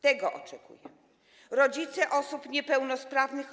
Tego oczekują rodzice osób niepełnosprawnych.